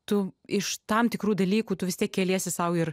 tu iš tam tikrų dalykų tu vis tiek keliesi sau ir